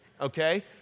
Okay